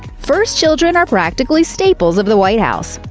first children are practically staples of the white house.